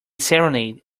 serenade